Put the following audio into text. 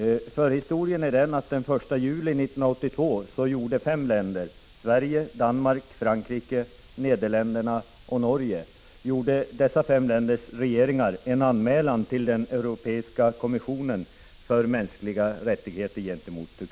Förhistorien är den att den 1 juli 1982 gjorde regeringarna i fem länder — Sverige, Danmark, Frankrike, Nederländerna och Norge — en anmälan gentemot Turkiet till den Europeiska kommissionen för de mänskliga rättigheterna.